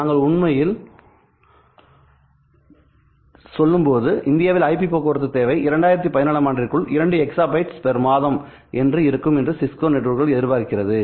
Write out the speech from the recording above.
நாங்கள் உண்மையில் சொல்லும்போது இந்தியாவில் ஐபி போக்குவரத்து தேவை 2017 ஆம் ஆண்டிற்குள் 2 எக்சாபைட்ஸ் மாதம் என்று இருக்கும் என சிஸ்கோ நெட்வொர்க்குகள் எதிர்பார்க்கிறது